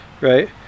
right